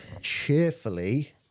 cheerfully